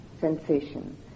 sensation